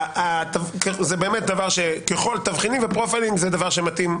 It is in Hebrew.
זה דבר שמתאים,